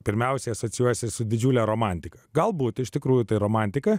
pirmiausiai asocijuojasi su didžiule romantika galbūt iš tikrųjų tai romantika